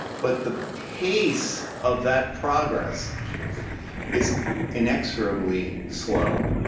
but the pace of that progress is inexorably slow.